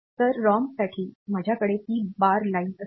तर रॉमसाठी माझ्याकडे ती बार लाइन असेल